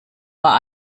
war